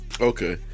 okay